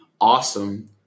awesome